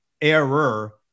error